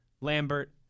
Lambert